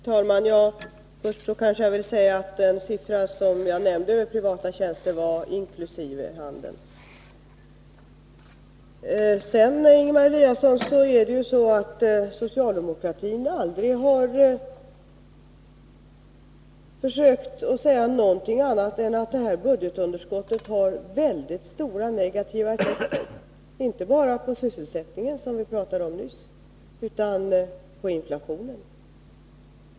Herr talman! Först vill jag säga att den siffra jag nämnde för privata tjänster inkluderade handeln. Socialdemokraterna har aldrig försökt säga något annat än att budgetunderskottet har mycket stora negativa effekter, inte bara på sysselsättningen, som vi pratade om nyss, utan också på inflationen.